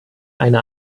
eine